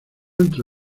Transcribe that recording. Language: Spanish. entre